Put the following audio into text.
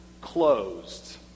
Closed